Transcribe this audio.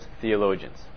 theologians